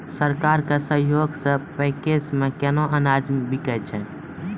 सरकार के सहयोग सऽ पैक्स मे केना अनाज बिकै छै?